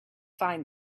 find